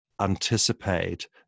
anticipate